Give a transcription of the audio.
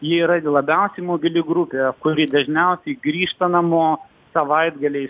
jie yra gi labiausiai mobili grupė kuri dažniausiai grįžta namo savaitgaliais